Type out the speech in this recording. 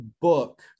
book